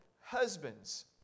husbands